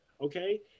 okay